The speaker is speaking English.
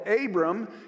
Abram